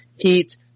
heat